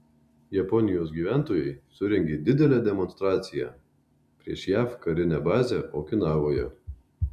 japonijos gyventojai surengė didelę demonstraciją prieš jav karinę bazę okinavoje